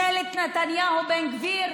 מממשלת נתניהו-בן גביר.